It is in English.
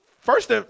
first